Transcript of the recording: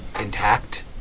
intact